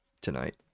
tonight